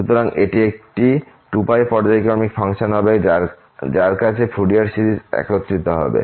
সুতরাং এটি একটি 2π পর্যায়ক্রমিক ফাংশন হবে যার কাছে ফুরিয়ার সিরিজ একত্রিত হবে